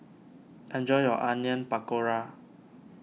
enjoy your Onion Pakora